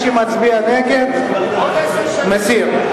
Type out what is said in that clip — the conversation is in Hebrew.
מי שמצביע נגד, מסיר.